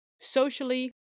socially